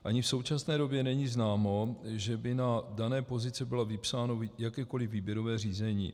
Ani v současné době není známo, že by na dané pozici bylo vypsáno jakékoliv výběrové řízení.